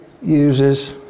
uses